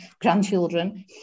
grandchildren